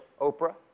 Oprah